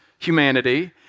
humanity